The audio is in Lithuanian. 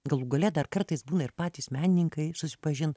galų gale dar kartais būna ir patys meninkai susipažint